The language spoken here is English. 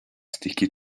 sticky